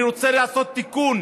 אני רוצה לעשות תיקון